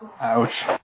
Ouch